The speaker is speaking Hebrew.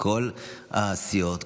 מכל הסיעות,